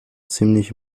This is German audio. ziemlich